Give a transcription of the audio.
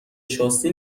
شاسی